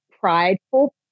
prideful